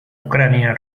ucrania